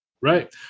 Right